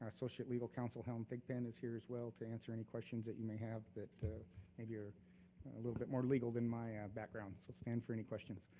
associate legal counsel, helen thigpen is here as well to answer any questions that you may have that maybe are a little bit more legal than my ah background. so stand for any questions.